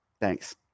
Thanks